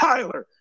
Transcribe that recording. Tyler